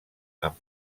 amb